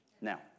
Now